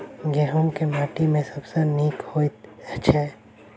गहूम केँ माटि मे सबसँ नीक होइत छै?